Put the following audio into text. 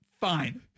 Fine